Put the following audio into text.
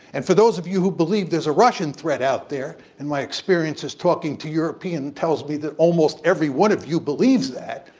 and for those of you who believe there's a russian threat out there, and my experiences talking to european tells me that almost every one of you believes that,